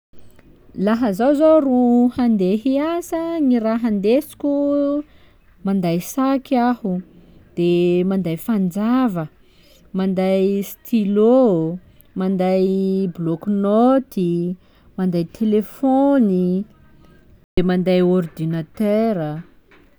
Laha zaho zô ro handeha hiasa, gny raha ndesiko: manday saky aho, de manday fanjava, manday stylo, manday bloc naoty, manday telefôny, de manday ordinateur.